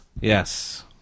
Yes